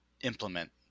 implement